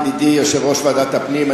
ידידי יושב-ראש ועדת הפנים,